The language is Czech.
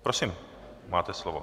Prosím, máte slovo.